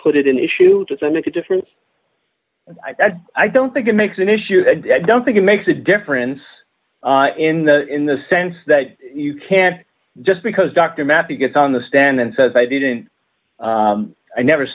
put it in issues and make a difference i don't think it makes an issue and i don't think it makes a difference in the in the sense that you can't just because dr matthew gets on the stand and says i didn't i never